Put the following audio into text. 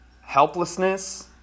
helplessness